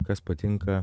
kas patinka